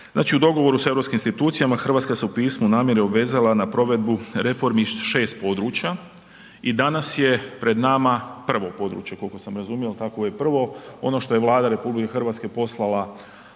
Znači, u dogovoru s europskim institucijama RH se u pismu namjere obvezala na provedbu reformi iz 6 područja i danas je pred nama prvo područje, koliko sam razumio, jel tako ovo je prvo, ono što je Vlada RH poslala